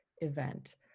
event